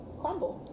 crumble